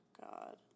God